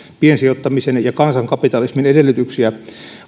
piensijoittamisen ja kansankapitalismin edellytyksiä